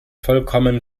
vollkommen